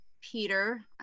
Peter